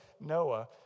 Noah